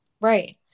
Right